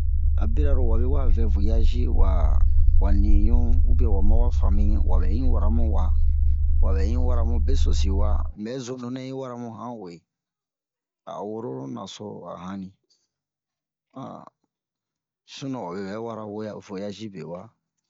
a bira lo wabe wa vɛ voyazi wa nin ɲun ubiyɛn wa ma famiyi wabɛ in wara mu wa wabɛ in wara mu besosi wa un bɛ zun nunɛ yi wara mu han uwe a o woro naso a hanni sinon wabe ɓɛ wara woya voyazi bewa